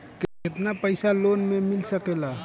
केतना पाइसा लोन में मिल सकेला?